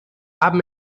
haben